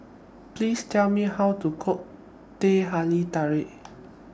Please Tell Me How to Cook Teh Halia Tarik